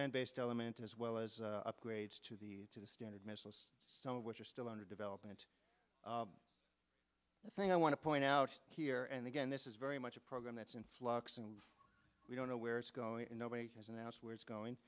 land based element as well as upgrades to the to the standard missiles some of which are still under development the thing i want to point out here and again this is very much a program that's in flux and we don't know where it's going to nobody has announced where it's going